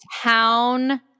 town